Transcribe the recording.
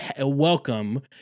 welcome